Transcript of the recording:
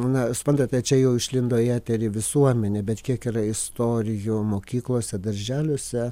na suprantate čia jau išlindo į eterį visuomenė bet kiek yra istorijų mokyklose darželiuose